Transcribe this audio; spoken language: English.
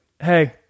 hey